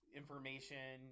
information